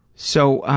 so,